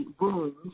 wounds